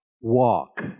walk